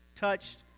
touched